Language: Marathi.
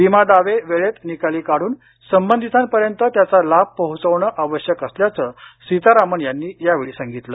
विमा दावे वेळेत निकाली काढून संबधितांपर्यंत त्याचा लाभ पोहोचवणे आवश्यक असल्याचं सीतरामन यांनी या वेळी सांगितलं